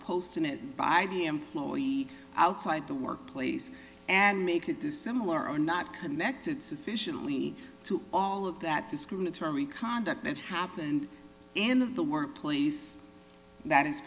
posting it by the employee outside the workplace and make it this similar or not connected sufficiently to all of that discriminatory conduct that happened in the workplace that is